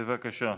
בבקשה.